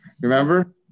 Remember